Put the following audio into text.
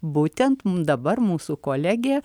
būtent dabar mūsų kolegė